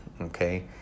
okay